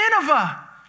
Nineveh